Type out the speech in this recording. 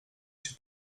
się